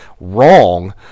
wrong